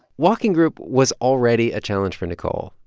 walking group was already a challenge for nicole.